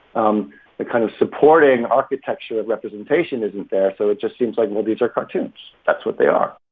um the kind of supporting architecture of representation isn't there. so it just seems like, well, these are cartoons. that's what they are